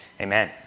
Amen